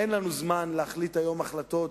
אין לנו זמן להחליט היום החלטות